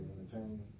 entertainment